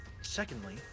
Secondly